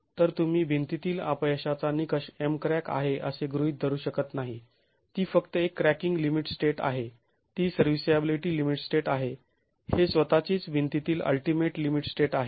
तर तुम्ही भिंतीतील अपयशाचा निकष Mcrack आहे असे गृहित धरू शकत नाही ती फक्त एक क्रॅकिंग लिमिट स्टेट आहे ती सर्व्हीसॅबिलीटी लिमिट स्टेट आहे हे स्वतःचीच भिंतीतील अल्टीमेट लिमिट स्टेट आहे